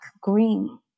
green